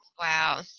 Wow